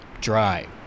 dry